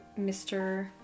Mr